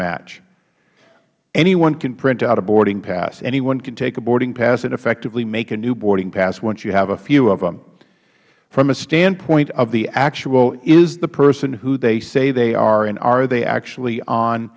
match anyone can print out a boarding pass anyone can take a boarding pass and effectively make a new boarding pass once you have a few of them from the standpoint of actually is the person who they say they are and are they actually on